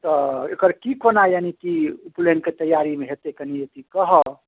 तऽ एकर की कोना यानी की उपनयन के तैयारी मे हेतै कनि एकरती कहब